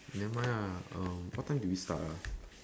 nevermind ah uh what time did we start ah